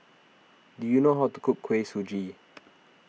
do you know how to cook Kuih Suji